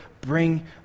bring